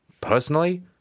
personally